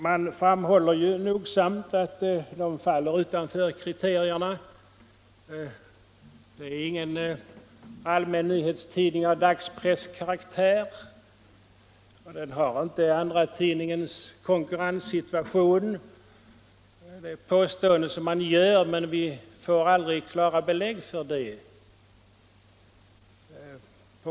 Man framhåller nogsamt att dessa tidningar faller utanför kriterierna för presstöd. Eesti Päevaleht är ingen allmän nyhetstidning av dagspresskaraktär. Den har inte andratidningens konkurrenssituation. Det är påståenden som vi ofta hört, men vi får aldrig klara belägg för att det förhåller sig så.